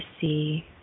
see